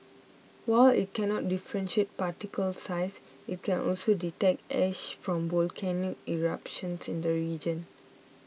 while it cannot differentiate particle size it can also detect ash from volcanic eruptions in the region